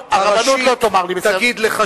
הרבנות תגיד לך שזה כשר.